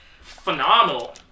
phenomenal